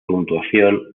puntuación